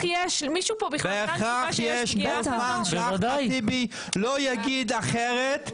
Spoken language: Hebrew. בהכרח מישהו פה בכלל --- בהכרח יש וכל זמן שאחמד טיבי לא יגיד אחרת,